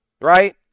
Right